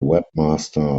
webmaster